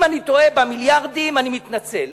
אם אני טועה במיליארדים אני מתנצל.